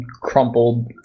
crumpled